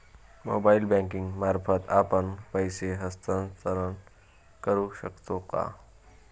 Mobile banking मार्फत आपण पैसे हस्तांतरण करू शकतो का?